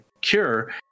cure